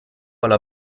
alla